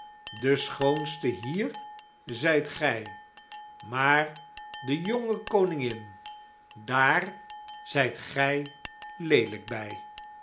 de schoonste hier zijt gij maar de jonge koningin daar zijt gij leelijk bij